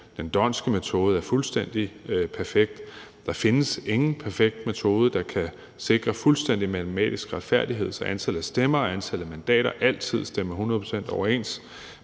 den d'Hondtske metode er fuldstændig perfekt. Der findes ingen perfekt metode, der kan sikre fuldstændig matematisk retfærdighed, så antallet af stemmer og antallet af mandater altid stemmer hundrede procent overens.